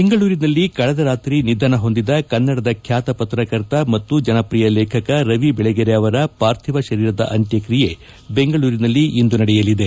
ಬೆಂಗಳೂರಿನಲ್ಲಿ ಕಳೆದ ರಾತ್ರಿ ನಿಧನ ಹೊಂದಿದ ಕನ್ನಡದ ಖ್ಯಾತ ಪತ್ರಕರ್ತ ಮತ್ತು ಜನಪ್ರಿಯ ಲೇಖಕ ರವಿಬೆಳಗೆರೆ ಅವರ ಪಾರ್ಥಿವ ಶರೀರದ ಅಂತ್ಯಕ್ರಿಯೆ ಬೆಂಗಳೂರಿನಲ್ಲಿಂದು ನಡೆಯಲಿದೆ